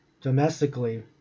domestically